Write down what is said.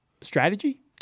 strategy